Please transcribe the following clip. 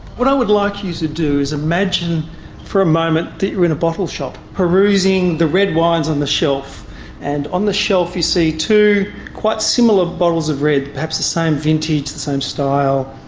what i would like you to do is imagine for a moment that you're in a bottle shop perusing the red wines on the shelf and on the shelf you see two quite similar bottles of red, perhaps the same vintage, the same style,